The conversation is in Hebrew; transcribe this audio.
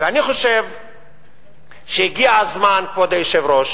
אני חושב שהגיע הזמן, כבוד היושב-ראש